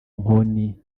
nkoni